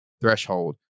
threshold